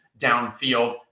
downfield